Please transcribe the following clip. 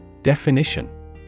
Definition